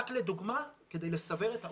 רק לדוגמה, כדי לסבר את האוזן,